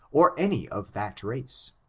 or any of that race,